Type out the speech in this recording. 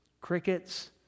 crickets